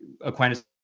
aquinas